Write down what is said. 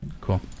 Cool